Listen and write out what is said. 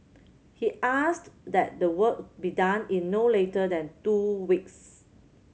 he asked that the work be done in no later than two weeks